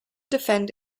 defend